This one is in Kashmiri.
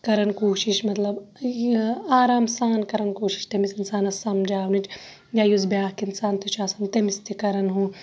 کَران کوٗشِش مَطلَب یہِ آرام سان کَران کوٗشِش تمِس اِنسانَس سَمجاونٕچ یا یُس بیاکھ اِنسان تہِ چھُ آسان تمِس تہِ کَران ہُہ